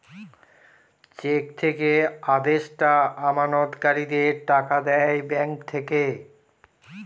check থেকে আদেষ্টা আমানতকারীদের টাকা দেয় ব্যাঙ্ক থেকে